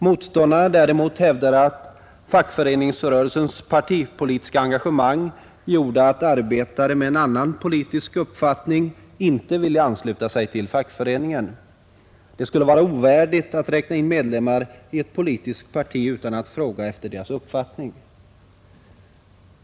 Motståndarna hävdade däremot att fackföreningsrörelsens partipolitiska engagemang gjorde att arbetare med en annan politisk uppfattning inte ville ansluta sig till fackföreningen. Det skulle vara ovärdigt att räkna in medlemmar i ett politiskt parti utan att fråga efter deras uppfattning.